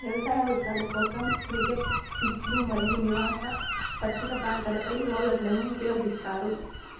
వ్యవసాయ అవసరాల కోసం, క్రికెట్ పిచ్లు మరియు నివాస పచ్చిక ప్రాంతాలపై రోలర్లను ఉపయోగిస్తారు